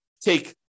take